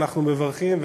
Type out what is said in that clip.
ואנחנו מברכים,